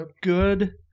good